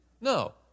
No